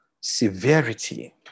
severity